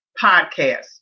podcast